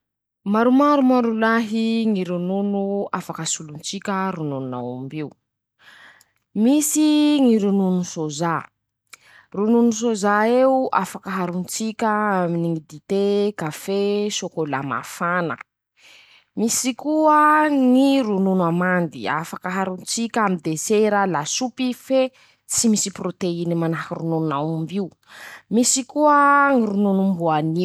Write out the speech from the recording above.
Maromaro moa rolahy ñy ronono afaky asolo-tsika ñy rononon'aomby io: -Misy ñy ronono sôza.<ptoa> ronono sôza eo afaky aharon-tsika aminy ñy dite, kafe. sôkôla mafana. -Misy koa ñy ronono amandy. afaky aharon-tsika amy desera lasopy fe tsy misy proteiny manahaky rononon'aomby io. -Misy koa aaa ñy rononom- boanio.